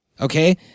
Okay